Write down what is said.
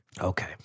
okay